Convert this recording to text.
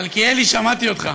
מלכיאלי, שמעתי אותך.